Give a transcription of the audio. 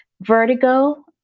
vertigo